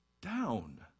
down